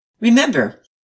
Remember